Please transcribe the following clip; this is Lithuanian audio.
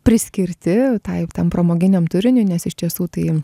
priskirti tai tam pramoginiam turiniui nes iš tiesų tai